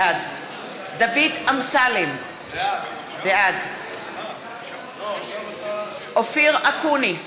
בעד דוד אמסלם, בעד אופיר אקוניס,